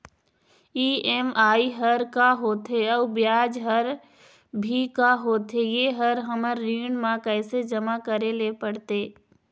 EMI हर का होथे अऊ ब्याज हर भी का होथे ये हर हमर ऋण मा कैसे जमा करे ले पड़ते?